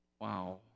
Wow